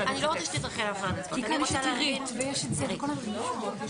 לענייני הצעירים, שיזמה את הדיון החשוב הזה.